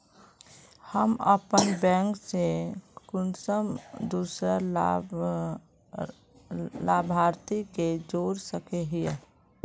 हम अपन बैंक से कुंसम दूसरा लाभारती के जोड़ सके हिय?